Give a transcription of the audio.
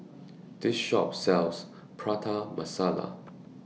The Shop sells Prata Masala